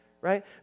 right